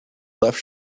left